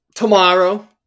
Tomorrow